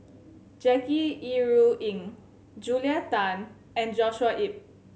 Jackie Yi Ru Ying Julia Tan and Joshua Ip